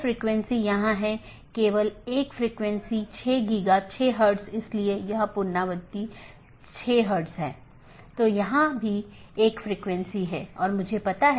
AS number जो network के माध्यम से मार्ग का वर्णन करता है एक BGP पड़ोसी अपने साथियों को पाथ के बारे में बताता है